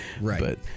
right